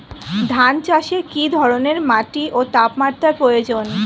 ধান চাষে কী ধরনের মাটি ও তাপমাত্রার প্রয়োজন?